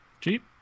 Cheap